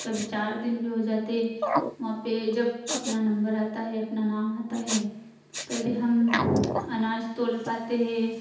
कभी चार दिन भी हो जाते हैं वहाँ पर जब अपना नम्बर आता है अपना नाम आता है तभी हम अनाज तौल पाते हे